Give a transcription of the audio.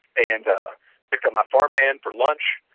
and picked up my farmhand for lunch,